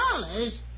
dollars